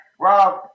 Rob